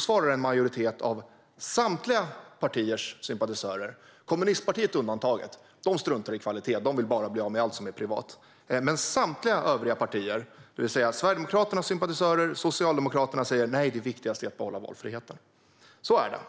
svarar en majoritet av samtliga partiers sympatisörer - kommunistpartiet undantaget, för de struntar i kvalitet och vill bara bli av med allt som är privat - alltså såväl Sverigedemokraternas som Socialdemokraternas sympatisörer, att det är viktigast att behålla valfriheten. Så är det.